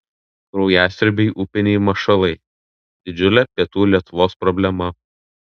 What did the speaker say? kraujasiurbiai upiniai mašalai didžiulė pietų lietuvos problema